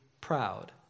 proud